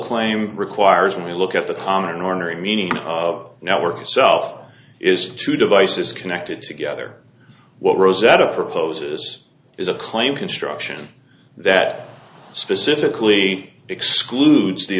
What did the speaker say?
claim requires we look at the common ordinary meaning now work itself is two devices connected together what rosetta proposes is a claim construction that specifically excludes the